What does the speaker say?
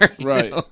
Right